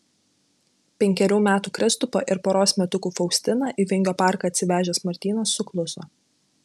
penkerių metų kristupą ir poros metukų faustiną į vingio parką atsivežęs martynas sukluso